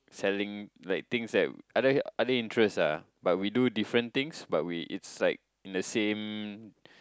selling like things that other other interests ah but we do different things but we it's like in the same